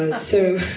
and so,